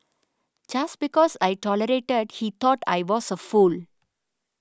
just because I tolerated he thought I was a fool